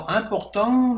important